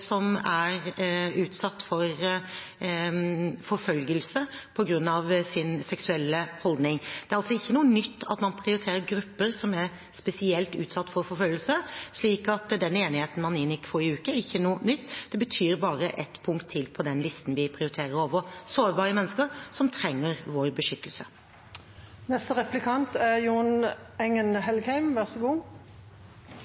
som er utsatt for forfølgelse på grunn av sin seksuelle holdning. Det er altså ikke noe nytt at man prioriterer grupper som er spesielt utsatt for forfølgelse, så den enigheten man inngikk i forrige uke, er ikke noe nytt. Det betyr bare ett punkt til på den listen hvor vi prioriterer sårbare mennesker som trenger vår